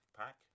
pack